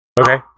Okay